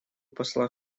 посла